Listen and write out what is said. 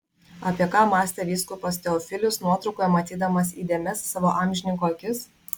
apie ką mąstė vyskupas teofilius nuotraukoje matydamas įdėmias savo amžininko akis